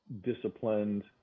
disciplined